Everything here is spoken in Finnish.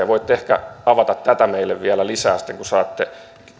voitte ehkä avata tätä meille vielä lisää sitten kun saatte